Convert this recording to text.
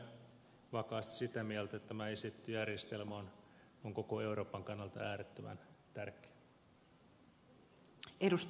edelleen olen vakaasti sitä mieltä että tämä esitetty järjestelmä on koko euroopan kannalta äärettömän tärkeä